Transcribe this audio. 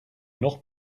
noch